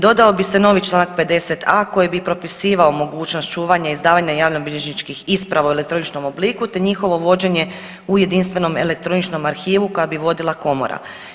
Dodao bi se novi čl. 50.a koji bi propisivao mogućnost čuvanja izdavanja javnobilježničkih isprava u elektroničnom obliku te njihovo vođenje u jedinstvenom elektroničnom arhivu koji bi vodila komora.